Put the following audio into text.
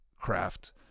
craft